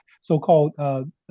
so-called